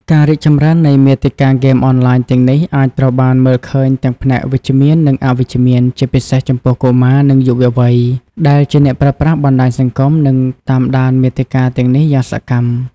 ការរីកចម្រើននៃមាតិកាហ្គេមអនឡាញទាំងនេះ អាចត្រូវបានមើលឃើញទាំងផ្នែកវិជ្ជមាន និងអវិជ្ជមាន ជាពិសេសចំពោះកុមារ និងយុវវ័យ ដែលជាអ្នកប្រើប្រាស់បណ្ដាញសង្គម និងតាមដានមាតិកាទាំងនេះយ៉ាងសកម្ម។